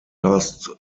last